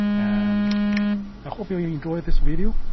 and i hope you you enjoyed this video.